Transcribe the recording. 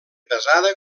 pesada